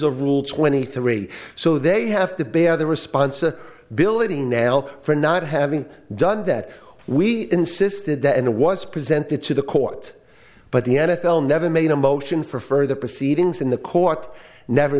of rule twenty three so they have to bear the response a belittling nail for not having done that we insisted that it was presented to the court but the n f l never made a motion for further proceedings in the court never